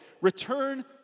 Return